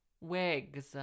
Wigs